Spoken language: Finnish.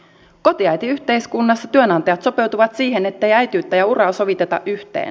kotiäitiyhteiskunnassa työnantajat sopeutuvat siihen ettei äitiyttä ja uraa soviteta yhteen